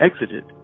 exited